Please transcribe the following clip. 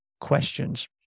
questions